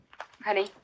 Honey